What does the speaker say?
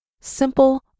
simple